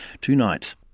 tonight